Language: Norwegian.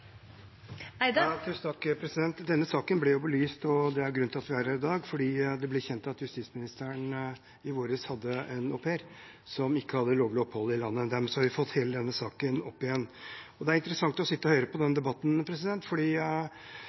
spare masse penger. Denne saken ble belyst – og det er grunnen til at vi har den i dag – fordi det ble kjent at justisministeren i vår hadde en au pair som ikke hadde lovlig opphold i landet. Dermed har vi fått hele denne saken opp igjen. Det er interessant å sitte og høre på denne debatten,